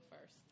first